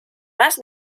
más